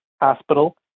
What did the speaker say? hospital